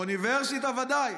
אוניברסיטה ודאי,